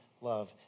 love